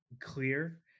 clear